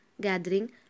gathering